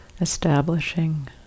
establishing